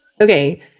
Okay